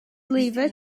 lever